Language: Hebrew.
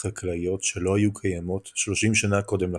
חקלאיות שלא היו קיימות שלושים שנה קודם לכן.